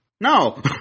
No